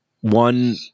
one